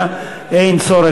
בצעדים לייצוב